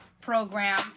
program